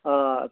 آ